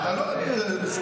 והמכתב פורסם.